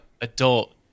adult